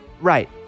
right